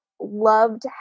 loved